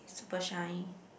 super shine